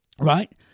Right